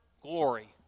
glory